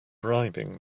bribing